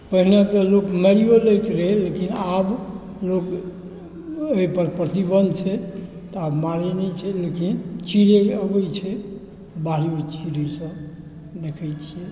पहिने तऽ लोक मारियो लैत रहै लेकिन आब लोक ओहिपर प्रतिबन्ध छै तऽ आब मारै नहि छै लेकिन चिड़ै अबै छै बाहरियो चिड़ै सब देखै छियै